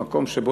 במקום שבו,